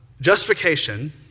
justification